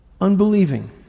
Unbelieving